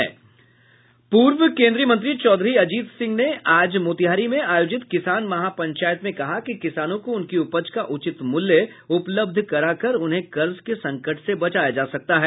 पूर्व केन्द्रीय मंत्री चौधरी अजीत सिंह ने आज मोतिहारी में आयोजित किसान महापंचायत में कहा कि किसानों को उनकी उपज का उचित मूल्य उपलब्ध कराकर उन्हें कर्ज के संकट से बचाया जा सकता है